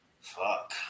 Fuck